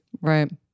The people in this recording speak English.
right